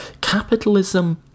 Capitalism